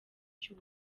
cy’u